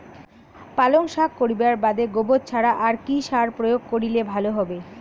পালং শাক করিবার বাদে গোবর ছাড়া আর কি সার প্রয়োগ করিলে ভালো হবে?